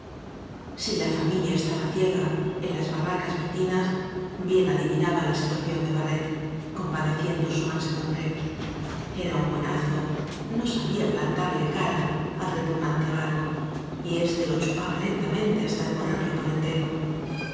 si la familia estaba ciega en las barracas vecinas bien adivinaban la situación de barret compadeciendo su mansedum bre era un buenazo no sabía plantarle cara al repugnante avaro y éste lo chupaba len tamente hasta devorarlo por entero